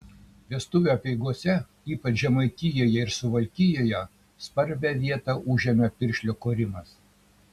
vestuvių apeigose ypač žemaitijoje ir suvalkijoje svarbią vietą užėmė piršlio korimas